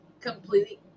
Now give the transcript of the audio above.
completely